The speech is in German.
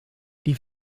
die